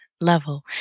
Level